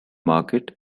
market